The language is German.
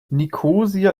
nikosia